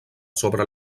sobre